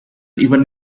even